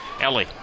Ellie